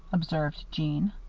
observed jeanne.